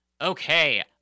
Okay